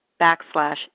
backslash